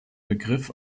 begriff